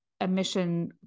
emission